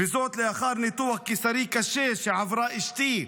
וזאת לאחר ניתוח קיסרי קשה שעברה אשתי,